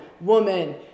woman